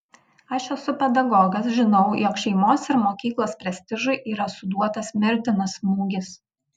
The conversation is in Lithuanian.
aš esu pedagogas žinau jog šeimos ir mokyklos prestižui yra suduotas mirtinas smūgis